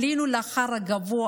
עלינו להר הגבוה,